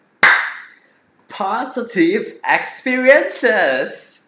positive experiences